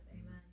Amen